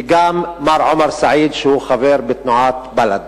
וגם מר עומר סעיד, שהוא חבר בתנועת בל"ד.